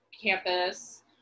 campus